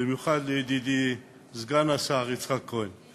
במיוחד לידידי סגן השר יצחק כהן,